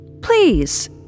Please